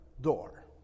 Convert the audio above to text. door